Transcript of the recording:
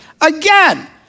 Again